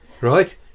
right